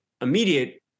immediate